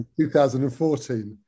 2014